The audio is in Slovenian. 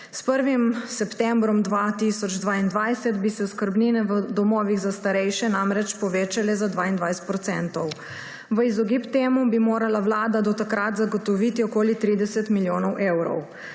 S 1. septembrom 2022 bi se oskrbnine v domovih za starejše namreč povečale za 22 %. V izogib temu bi morala Vlada do takrat zagotoviti okoli 30 milijonov evrov.